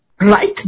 right